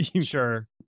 sure